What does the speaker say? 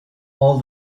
all